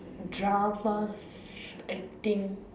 dramas acting